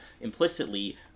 implicitly